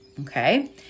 Okay